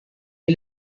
est